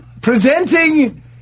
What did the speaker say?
presenting